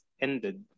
ended